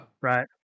right